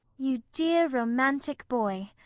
you dear romantic boy.